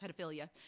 pedophilia